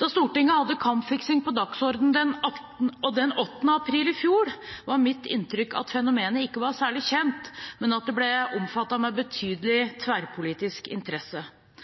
Da Stortinget hadde kampfiksing på dagsordenen den 8. mai i fjor, var mitt inntrykk at fenomenet ikke var særlig kjent, men at det ble omfattet med betydelig tverrpolitisk interesse.